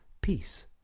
Peace